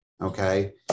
Okay